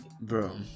Bro